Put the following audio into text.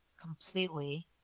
completely